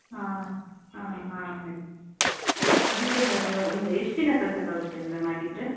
ಹಾಂ ಹಾಂ ಹಾಂ ಮೇಡಮ್ ಅದಕ್ಕೆ ಮೇಡಮ್ ಒಂದು ಎಷ್ಟು ದಿನ ಕಳಿಸಕ್ಕಾಗುತ್ತೆ ಮೇಡಮ್ ಹಾಗಿದ್ರೆ